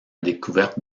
découverte